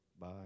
Bye